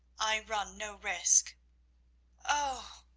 i run no risk oh,